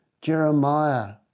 jeremiah